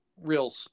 real